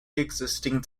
existing